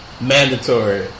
mandatory